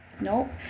Nope